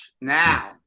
Now